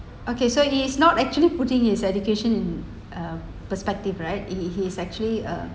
okay so he is not actually putting his education uh a perspective right he is actually uh